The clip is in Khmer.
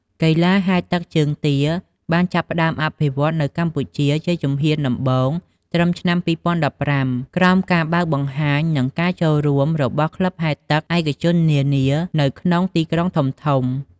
កីឡាហែលទឹកជើងទាបានចាប់ផ្តើមអភិវឌ្ឍនៅកម្ពុជាជាជំហានដំបូងត្រឹមឆ្នាំ ២០១៥ ក្រោមការបើកបង្ហាញ និងការចូលរួមរបស់ក្លឹបហែលទឹកឯកជននានានៅក្នុងទីក្រុងធំៗ។